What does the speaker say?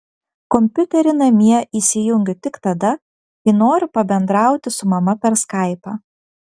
kompiuterį namie įsijungiu tik tada kai noriu pabendrauti su mama per skaipą